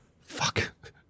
Fuck